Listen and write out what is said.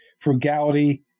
frugality